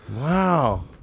Wow